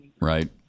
right